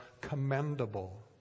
commendable